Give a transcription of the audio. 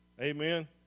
amen